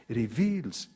reveals